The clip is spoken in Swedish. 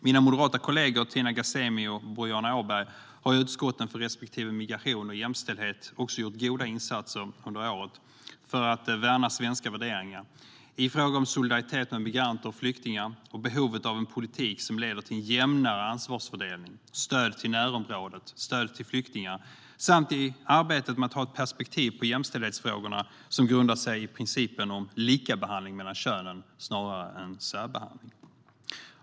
Mina moderata kollegor Tina Ghasemi och Boriana Åberg har i utskotten för migration respektive jämställdhet gjort goda insatser under året för att värna svenska värderingar i fråga om solidaritet med migranter och flyktingar, behovet av en politik som leder till en jämnare ansvarsfördelning, stöd till närområdet och stöd till flyktingar samt i arbetet med att ha ett perspektiv på jämställdhetsfrågorna som grundar sig på principen om likabehandling mellan könen snarare än särbehandling.